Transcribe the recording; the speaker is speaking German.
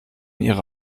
ihre